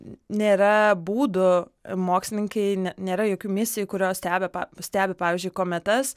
nėra būdų mokslininkai nėra jokių misijų kurios stebi stebi pavyzdžiui kometas